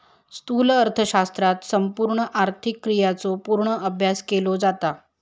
स्थूल अर्थशास्त्रात संपूर्ण आर्थिक क्रियांचो पूर्ण अभ्यास केलो जाता